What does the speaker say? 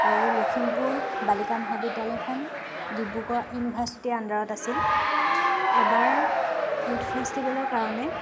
আৰু লখিমপুৰ বালিকা মহাবিদ্যালয়খন ডিব্ৰুগড় ইউনিভাৰচিটিৰ আণ্ডাৰত আছিল এবাৰ য়ুথ ফেষ্টিভেলৰ কাৰণে